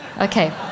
Okay